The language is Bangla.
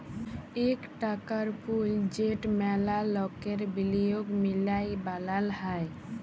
ইক টাকার পুল যেট ম্যালা লকের বিলিয়গ মিলায় বালাল হ্যয়